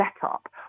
setup